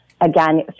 again